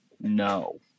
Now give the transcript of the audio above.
no